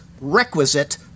requisite